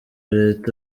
leta